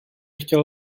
chtěl